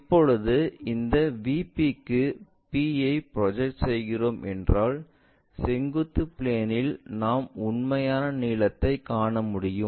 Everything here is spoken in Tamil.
இப்போது இந்த VP க்கு p ஐ ப்ரொஜெக்ட் செய்கிறோம் என்றால் செங்குத்து பிளேன்இல் நாம் உண்மையான நீளத்தை காணமுடியும்